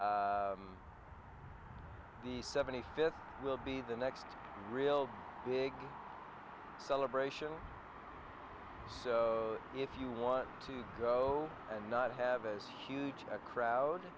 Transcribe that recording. the seventy fifth will be the next real big celebration so if you want to go and not have as huge a crowd